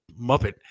Muppet